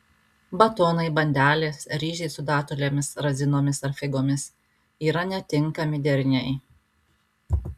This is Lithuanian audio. batonai bandelės ryžiai su datulėmis razinomis ar figomis yra netinkami deriniai